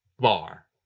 Bar